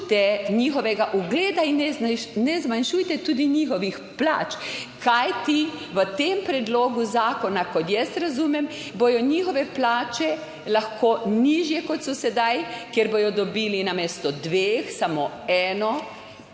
njihovega ugleda in ne zmanjšujte tudi njihovih plač. Kajti v tem predlogu zakona, kot jaz razumem, bodo njihove plače lahko nižje kot so sedaj, ker bodo dobili namesto dveh samo eno